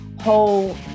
whole